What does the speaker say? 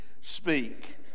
speak